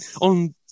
on